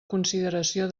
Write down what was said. consideració